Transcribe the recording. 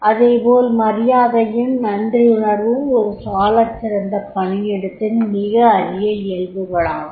அதேபோல் மரியாதையும் நன்றியுணர்வும் ஒரு சாலச்சிறந்த பணியிடத்தின் மிக அறிய இயல்புகளாகும்